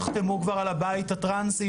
תחתמו כבר על הבית הטרנסי,